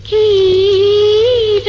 e